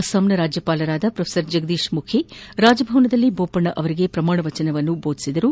ಅಸ್ಲಾಂನ ರಾಜ್ವಪಾಲ ಪ್ರೊಫೆಸರ್ ಜಗದೀತ್ ಮುಖಿ ರಾಜಭವನದಲ್ಲಿ ಬೋಪಣ್ಣ ಅವರಿಗೆ ಪ್ರಮಾಣವಚನ ಬೋಧಿಸಿದರು